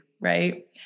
right